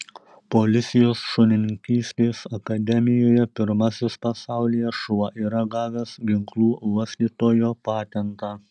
policijos šunininkystės akademijoje pirmasis pasaulyje šuo yra gavęs ginklų uostytojo patentą